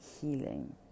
healing